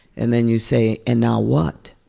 and then you say, and now what?